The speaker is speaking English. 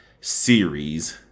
series